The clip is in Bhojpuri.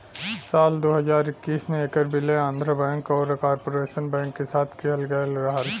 साल दू हज़ार इक्कीस में ऐकर विलय आंध्रा बैंक आउर कॉर्पोरेशन बैंक के साथ किहल गयल रहल